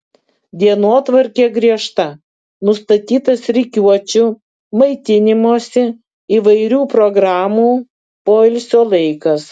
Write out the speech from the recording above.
dienotvarkė griežta nustatytas rikiuočių maitinimosi įvairių programų poilsio laikas